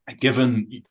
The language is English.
given